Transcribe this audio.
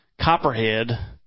Copperhead